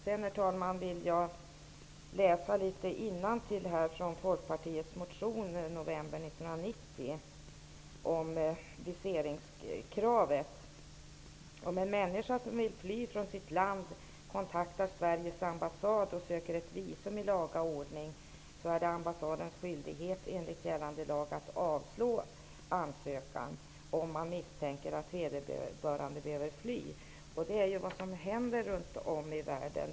Sedan, herr talman, vill jag läsa litet innantill från Sveriges ambassad och söker ett visum i laga ordning är det ambassadens skyldighet, enligt gällande lag, att avslå ansökan om man misstänker att vederbörande behöver fly. Det är ju vad som händer runt om i världen.